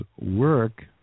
work